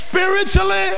Spiritually